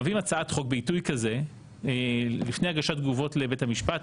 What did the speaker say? מביאים הצעת חוק בעיתוי כזה לפני הגשת תגובות לבית המשפט,